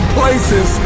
places